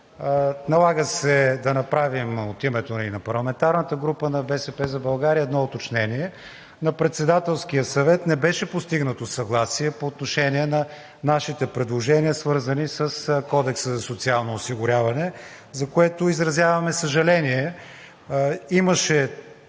Налага се да направим едно уточнение от името на парламентарната група на „БСП за България“. На Председателския съвет не беше постигнато съгласие по отношение на нашите предложения, свързани с Кодекса за социално осигуряване, за което изразяваме съжаление.